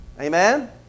Amen